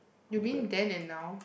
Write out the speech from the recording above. you mean then and now